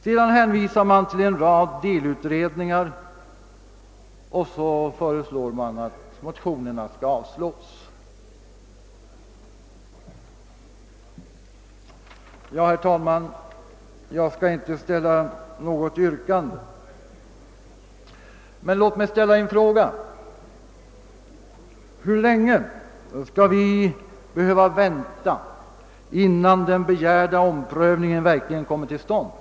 Sedan hänvisar utskottet till en rad delutredningar och föreslår att motionerna skall avslås. Herr talman! Jag skall inte ställa något yrkande, men låt mig ställa en fråga: Hur länge skall vi behöva vänta, innan den begärda omprövningen verkligen kommer till stånd?